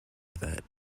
that